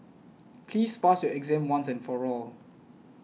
please pass your exam once and for all